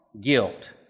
guilt